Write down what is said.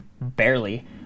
barely